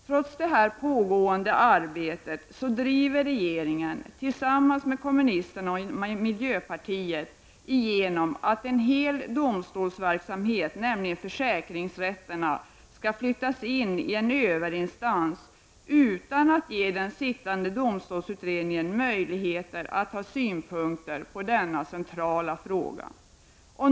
Trots det pågående arbetet driver regeringen, tillsammans med kommunisterna och miljöpartiet, igenom att en hel domstolsverksamhet, nämligen försäkringsrätterna, skall flyttas in i en överinstans. Detta sker utan att den sittande domstolsutredningen ges möjligheter att ha synpunkter på denna centrala fråga.